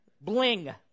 Bling